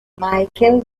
michael